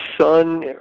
son